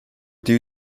due